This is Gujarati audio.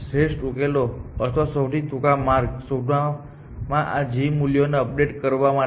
શ્રેષ્ઠ ઉકેલો અથવા સૌથી ટૂંકા માર્ગો શોધવામાં આ g મૂલ્યોને અપડેટ કરવા માટે